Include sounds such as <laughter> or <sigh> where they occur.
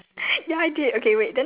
then <laughs>